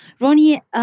Ronnie